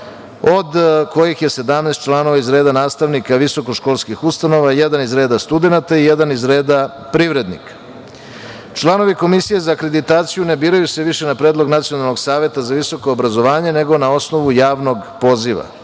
od kojih je 17 članova iz reda nastavnika visokoškolskih ustanova, jedan iz reda studenata i jedan iz reda privrednika. Članovi Komisije za akreditaciju ne biraju se više na predlog Nacionalnog saveta za visoko obrazovanje nego na osnovu javnog poziva.